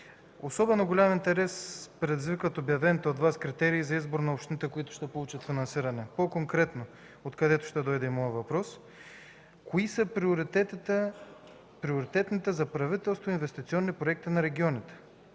Особено голям интерес предизвикват обявените от Вас критерии за избор на общините, които ще получат финансиране. По-конкретно, откъдето ще дойде и моят въпрос, е кои са приоритетните за правителството инвестиционни проекти на регионите?